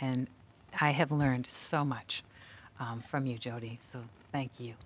and i have learned so much from you jodi so thank you